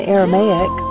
Aramaic